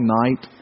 night